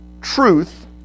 Truth